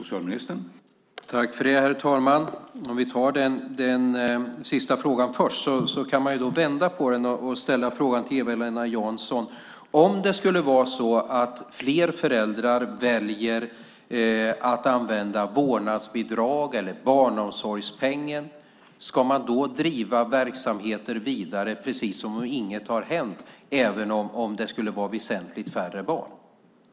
Herr talman! För att ta den sista frågan först kan man vända på det och ställa frågan till Eva-Lena Jansson: Om det skulle vara så att fler föräldrar väljer att använda vårdnadsbidraget eller barnomsorgspengen, ska man då driva verksamheter vidare precis som om inget har hänt, även om det skulle vara väsentligt färre barn?